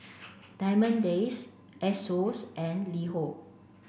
Diamond Days Asos and LiHo